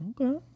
okay